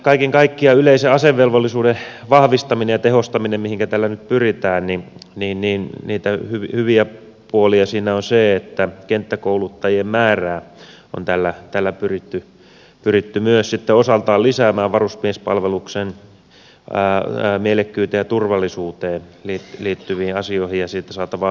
mutta kaiken kaikkiaan niitä yleisen asevelvollisuuden vahvistamisen ja tehostamisen mihinkä tällä nyt pyritään hyviä puolia on se että kenttäkouluttajien määrää on tällä pyritty myös osaltaan lisäämään liittyen varusmiespalveluksen mielekkyyteen ja turvallisuuteen ja siitä saatavaan hyötyyn